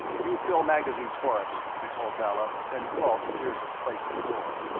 you fill magazines for us, he told dalla, then crawled to dirzed's place at the door.